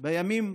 בימים